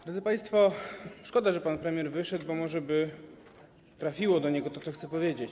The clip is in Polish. Drodzy państwo, szkoda, że pan premier wyszedł, bo może by trafiło do niego to, co chcę powiedzieć.